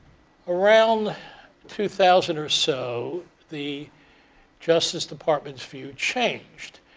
around two thousand or so, the justice department's view changed.